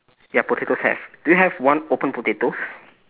ya potatoes have do you have one open potatoes